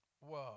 Whoa